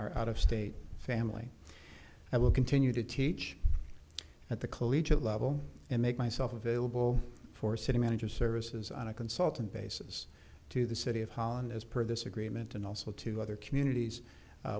our out of state family i will continue to teach at the collegiate level and make myself available for city manager services on a consultant basis to the city of holland as per this agreement and also to other communities